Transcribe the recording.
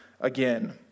again